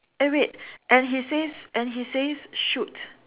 eh wait and he says and he says shoot